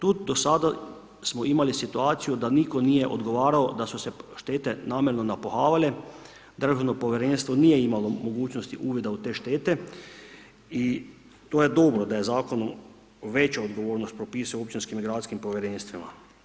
Tu do sada smo imali situaciju da nitko nije odgovarao, da su se štete namjerno napuhavale, državno povjerenstvo nije imalo mogućnosti uvida u te štete i to je dobro da se zakonom veća odgovornost propisuje općinskim i gradskim povjerenstvima.